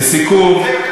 לסיכום,